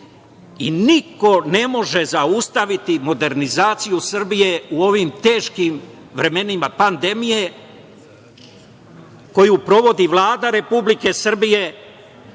i niko ne može zaustaviti modernizaciju Srbije u ovim teškim vremenima pandemije koju provodi Vlada Republike Srbije,